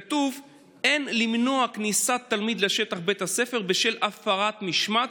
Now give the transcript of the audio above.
כתוב: "אין למנוע כניסת תלמיד לשטח בית הספר בשל הפרת משמעת,